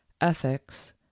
ethics